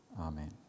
Amen